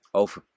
over